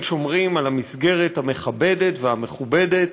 שומרים על המסגרת המכבדת והמכובדת,